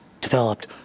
developed